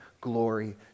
glory